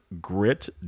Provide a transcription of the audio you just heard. grit